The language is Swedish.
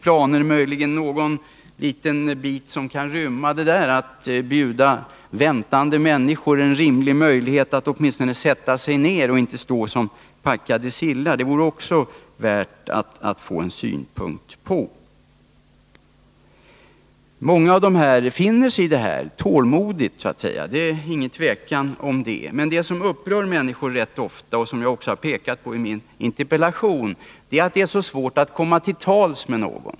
Jag undrar om det i SJ:s planer finns något litet utrymme för att bjuda väntande människor på en sittplats i stället för att de skall behöva stå som packade sillar i tågen. Det vore också värt att få en synpunkt på. Många av resenärerna finner sig tålmodigt i de rådande förhållandena. Men vad som ofta upprör människor — jag har också pekat på det i min interpellation — är att det är så svårt att komma till tals med någon.